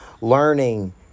learning